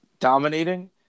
dominating